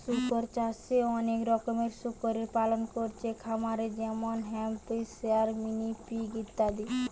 শুকর চাষে অনেক রকমের শুকরের পালন কোরছে খামারে যেমন হ্যাম্পশায়ার, মিনি পিগ ইত্যাদি